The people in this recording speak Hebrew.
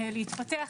להתפתח,